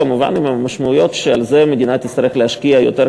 כמובן עם המשמעויות שבזה המדינה תצטרך להשקיע יותר כסף.